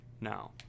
Now